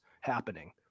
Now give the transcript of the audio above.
happening